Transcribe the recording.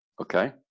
Okay